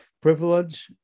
privilege